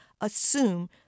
assume